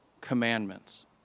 commandments